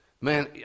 Man